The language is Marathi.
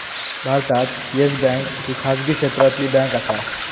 भारतात येस बँक ही खाजगी क्षेत्रातली बँक आसा